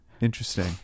Interesting